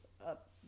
up